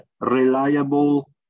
reliable